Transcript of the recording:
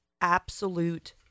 absolute